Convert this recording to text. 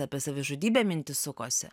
apie savižudybę mintis sukosi